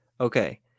Okay